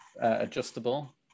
adjustable